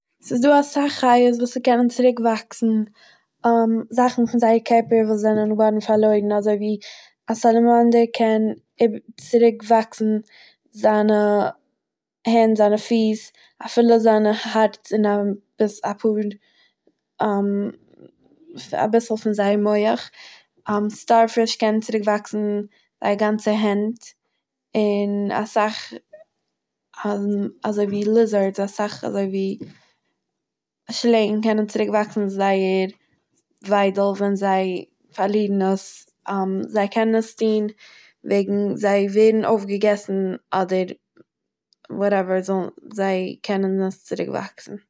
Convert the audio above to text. ס'איז דא אסאך חיות וואס ס'קענען צוריקוואקסען - זאכן פון זייער קערפער וואס ס'איז געווארן פארלוירן אזוי ווי א סאלאמאנדיר קען איב צוריקוואקסען זיינע הענט און זיינע פיס אפילו זיינע הארץ און אביס אפאהר אביסל פון זייער מוח, סטארפיש קען צוריקוואקסען זייער גאנצע הענט און אסאך אזוי ווי ליזערדס, אסאך אזוי ווי שלענג קענען צוריקוואקסען זייער וויידל ווען זיי פארלירן עס, זיי קענען עס טוהן וועגן זיי וווערן אויפגעגעסן אדער וואטעוועט זיי קענען עס צוריק וואקסען.